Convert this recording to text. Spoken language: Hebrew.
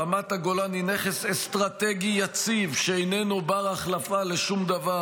"רמת הגולן היא נכס אסטרטגי יציב שאיננו בר-החלפה לשום דבר".